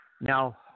now